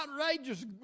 outrageous